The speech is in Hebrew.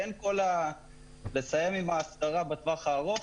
בין כל הרצון לסיים עם ההסדרה בטווח הארוך,